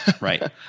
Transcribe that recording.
right